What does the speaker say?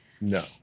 No